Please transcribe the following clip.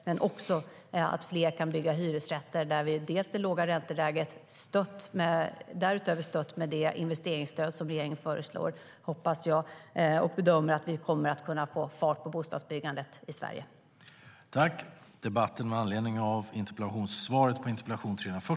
Med det låga ränteläget, tillsammans med det investeringsstöd som regeringen föreslår, hoppas och bedömer jag att vi kommer att få fart på bostadsbyggandet i Sverige, också när det gäller hyresrätter.